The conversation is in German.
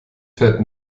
fährt